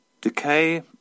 Decay